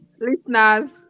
listeners